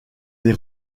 les